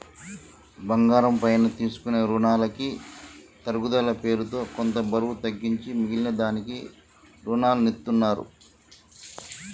బంగారం పైన తీసుకునే రునాలకి తరుగుదల పేరుతో కొంత బరువు తగ్గించి మిగిలిన దానికి రునాలనిత్తారు